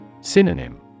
Synonym